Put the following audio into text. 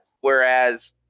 Whereas